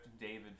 David